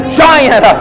giant